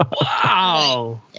Wow